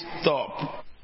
stop